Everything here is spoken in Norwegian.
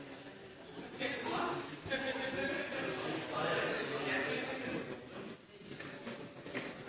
urfolk som har